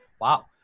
wow